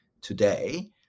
today